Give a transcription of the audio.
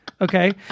Okay